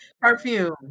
perfume